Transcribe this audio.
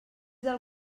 del